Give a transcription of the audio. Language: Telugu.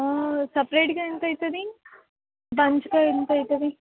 సపరేటుగా ఎంత అవుతుంది బంచుగా ఎంత అవుతుంది